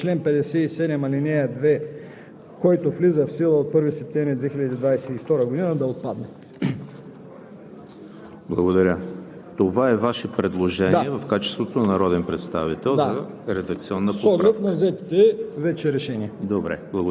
редакционно предложение – текстът в § 34, който става § 36, а именно с „изключение на чл. 57, ал. 2, който влиза в сила от 1 септември 2022 г.“ да отпадне.